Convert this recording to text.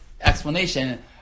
explanation